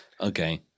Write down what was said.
Okay